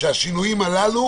כמוך.